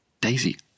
Daisy